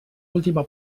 última